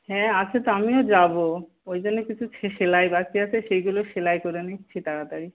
হ্যাঁ আছে তো আমিও যাবো ওই জন্য কিছু সেলাই বাকি আছে সেইগুলো সেলাই করে নিচ্ছি তাড়াতাড়ি